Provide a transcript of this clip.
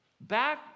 back